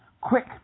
quick